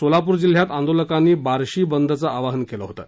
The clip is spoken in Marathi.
सोलापूर जिल्ह्यात आंदोलकांनी बार्शी बंदचं आवाहन केलं होतं